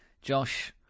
Josh